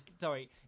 sorry